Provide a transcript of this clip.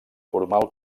formal